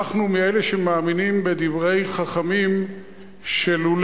אנחנו מאלה שמאמינים בדברי חכמים "ללא